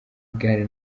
igare